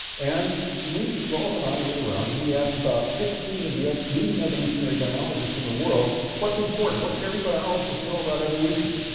and we, rolf and i, went around and we asked about fifteen of the leading evolutionary biologists in the world, what's important? what should every biologist know about evolution?